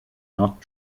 not